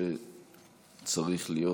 שצריך להיות